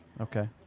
Okay